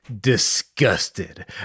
disgusted